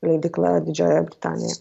leidykla didžiojoje britanijoje